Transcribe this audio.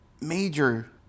major